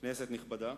כנסת נכבדה,